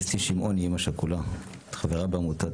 אסתי שמעוני, אימא שכולה, חברה בעמותת